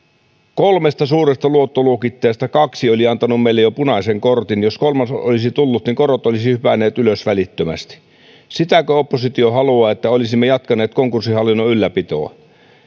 kolmesta suuresta luottoluokittajasta kaksi oli jo antanut meille punaisen kortin ja jos kolmas olisi tullut niin korot olisivat hypänneet ylös välittömästi sitäkö oppositio haluaa että olisimme jatkaneet konkurssihallinnon ylläpitoa